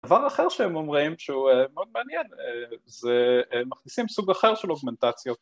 דבר אחר שהם אומרים שהוא מאוד מעניין, זה מכניסים סוג אחר של אוגמנטציות